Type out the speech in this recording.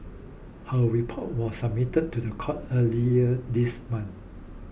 her report was submitted to the courts earlier this month